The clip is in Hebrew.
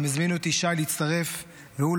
הם הזמינו את ישי להצטרף והוא,